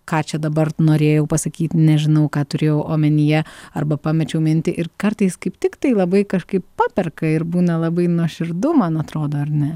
ką čia dabar norėjau pasakyt nežinau ką turėjau omenyje arba pamečiau mintį ir kartais kaip tiktai labai kažkaip paperka ir būna labai nuoširdu man atrodo ar ne